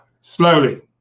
Slowly